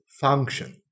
function